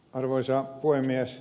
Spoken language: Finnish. arvoisa puhemies